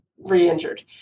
re-injured